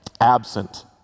absent